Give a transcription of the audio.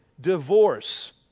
divorce